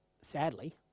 Sadly